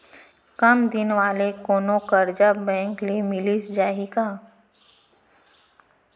कम दिन वाले कोनो करजा बैंक ले मिलिस जाही का?